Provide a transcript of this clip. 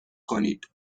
کنید